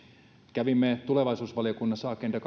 kävimme tulevaisuusvaliokunnassa agenda